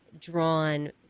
drawn